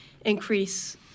increase